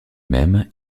même